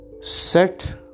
set